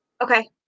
okay